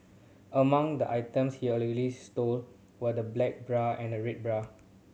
among the items he allegedly stole were the black bra and a red bra